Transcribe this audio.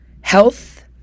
health